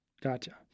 Gotcha